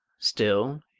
still,